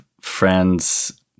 friends